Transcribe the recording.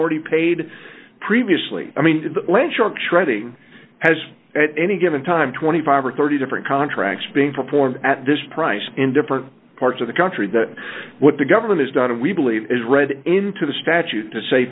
already paid previously i mean in the late short shredding has at any given time twenty five or thirty different contracts being performed at this price in different parts of the country that what the government has done and we believe is read into the statute to say